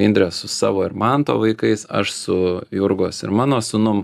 indrė su savo ir manto vaikais aš su jurgos ir mano sūnum